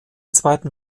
zweiten